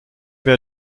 wir